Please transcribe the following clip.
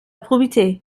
probité